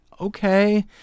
okay